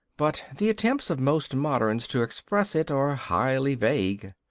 but the attempts of most moderns to express it are highly vague.